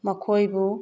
ꯃꯈꯣꯏꯕꯨ